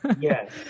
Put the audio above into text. Yes